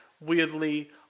weirdly